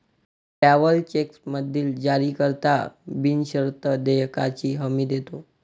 travellers चेकमधील जारीकर्ता बिनशर्त देयकाची हमी देतो